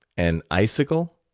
an icicle?